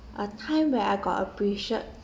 a time when I got appreciate